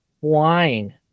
flying